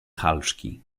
halszki